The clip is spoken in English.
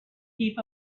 heap